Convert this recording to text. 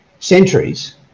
centuries